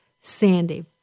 Sandy